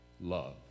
love